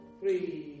three